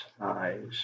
eyes